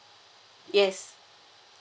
yes